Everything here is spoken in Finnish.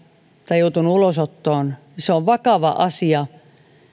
tai on joutunut ulosottoon niin se on vakava asia